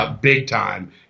big-time